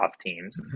teams